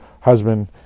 husband